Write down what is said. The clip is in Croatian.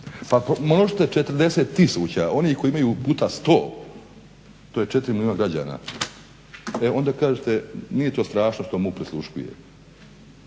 pa množite 40 tisuća onih koji imaju puta 100, to je 4 milijuna građana. E onda kažete nije to strašno što MUP prisluškuje.